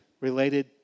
related